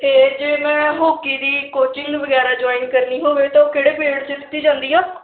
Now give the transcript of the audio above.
ਅਤੇ ਜੇ ਮੈਂ ਹੋਕੀ ਦੀ ਕੋਚਿੰਗ ਵਗੈਰਾ ਜੁਆਇਨ ਕਰਨੀ ਹੋਵੇ ਤਾਂ ਉਹ ਕਿਹੜੇ ਪੀਰਿਅਡ 'ਚ ਦਿੱਤੀ ਜਾਂਦੀ ਆ